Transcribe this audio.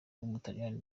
w’umutaliyani